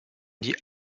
die